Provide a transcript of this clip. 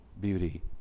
beauty